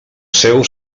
seu